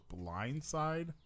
Blindside